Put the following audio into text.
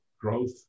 growth